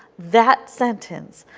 that sentence,